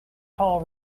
tall